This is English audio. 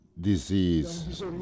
disease